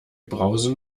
brause